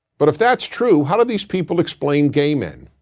but if that's true, how do these people explain gay men?